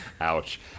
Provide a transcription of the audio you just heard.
ouch